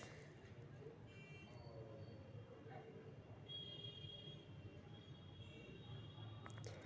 विभिन्न परिपक्वतवन पर समान गुणवत्ता वाला बॉन्ड के ब्याज दरवन के दर्शावा हई